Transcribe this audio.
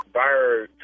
bird